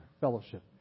Fellowship